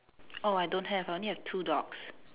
oh I don't have I only have two dogs